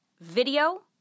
video